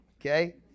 okay